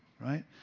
Right